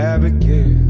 Abigail